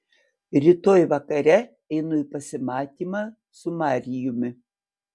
rytoj vakare einu į pasimatymą su marijumi